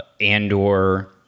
Andor